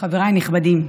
חבריי הנכבדים,